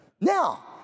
Now